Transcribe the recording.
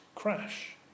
crash